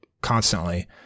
constantly